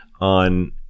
on